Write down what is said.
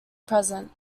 present